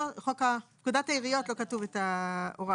ובפקודת העיריות, לא כתוב את זה.